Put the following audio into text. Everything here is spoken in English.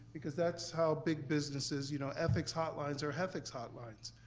because that's how big businesses, you know, ethics hotlines are ethics hotlines.